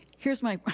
here's my,